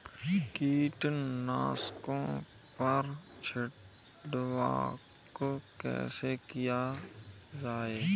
कीटनाशकों पर छिड़काव कैसे किया जाए?